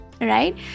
right